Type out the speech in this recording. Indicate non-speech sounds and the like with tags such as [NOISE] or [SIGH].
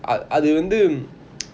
அது அது வந்து:athu athu vanthu [NOISE]